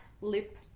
lip